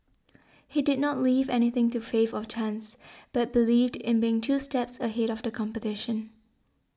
he did not leave anything to faith of chance but believed in being two steps ahead of the competition